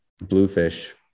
bluefish